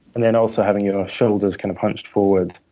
and then also having your shoulders kind of hunched forward,